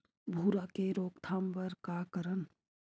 भूरा के रोकथाम बर का करन?